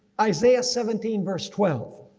isaiah seventeen verse twelve.